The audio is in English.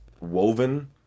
woven